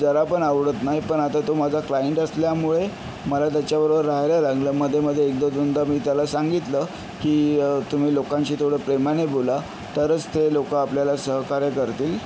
जरापण आवडत नाही पण आता तो माझा क्लाएंट असल्यामुळे मला त्याच्याबरोबर राहायला लागलं मधेमधे एकदा दोनदा मी त्याला सांगितलं की तुम्ही लोकांशी थोडं प्रेमाने बोला तरच ते लोक आपल्याला सहकार्य करतील